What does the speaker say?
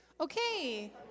Okay